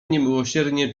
niemiłosiernie